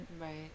right